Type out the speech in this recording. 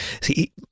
See